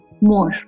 more